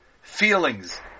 feelings